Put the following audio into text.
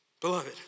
Beloved